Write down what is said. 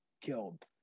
killed